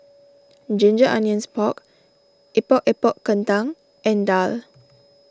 Ginger Onions Pork Epok Epok Kentang and Daal